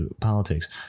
politics